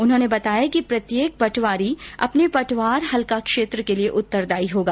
उन्होंने बताया कि प्रत्येक पटवारी अपने पटवार हल्का क्षेत्र के लिए उत्तरदायी होगा